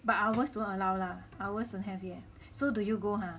but ours don't allow lah ours don't have yet so do you go